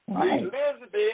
Elizabeth